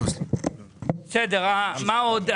מה עוד?